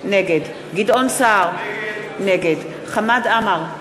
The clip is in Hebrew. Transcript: נגד גדעון סער, נגד חמד עמאר,